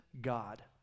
God